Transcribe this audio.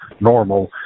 normal